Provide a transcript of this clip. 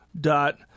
dot